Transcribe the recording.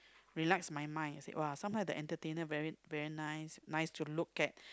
relax my mind I said !wah! sometimes the entertainer very very nice nice to look at